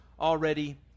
already